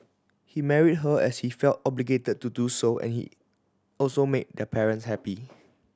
he married her as he felt obligated to do so and he also made the parents happy